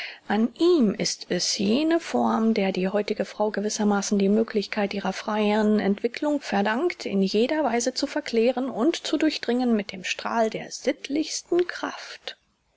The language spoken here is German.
an ihm ist es jene form der die heutige frau gewissermaßen die möglichkeit ihrer freieren entwickelung verdankt in jeder weise zu verklären und zu durchdringen mit dem strahl der sittlichsten kraft